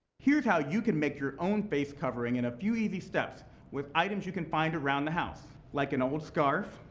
here's how you can make your own face covering in a few easy steps with items you can find around the house like an old scarf,